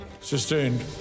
Sustained